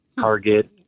Target